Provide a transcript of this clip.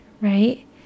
right